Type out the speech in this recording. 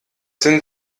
sind